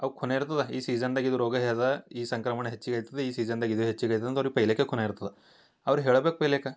ಅವು ಖುನೆ ಇರ್ತದ ಈ ಸೀಝನ್ದಗ ಇದು ಈ ರೋಗ ಅದ ಈ ಸಂಕ್ರಮಣ ಹೆಚ್ಚಿಗೆ ಐತದಿ ಈ ಸೀಝನ್ದಾಗ ಇದು ಹೆಚ್ಚಿಗೆ ಇದು ಅಂದಿದು ಅವರಿಗೆ ಪೆಹ್ಲೆಕ ಖುನೆ ಇರ್ತದ ಅವರು ಹೇಳ್ಬೇಕು ಪೆಹ್ಲೆಕ